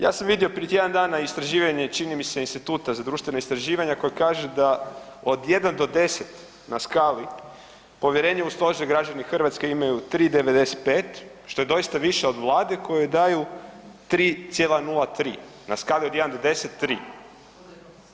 Ja sam vidio prije tjedan dana istraživanje čini mi Instituta za društvena istraživanja koji kaže da od 1 do 10 na skali povjerenje u stožer građani Hrvatske imaju 3,95 što je doista više od Vlade kojoj daju 3,03 na skali od 1 do 10 tri.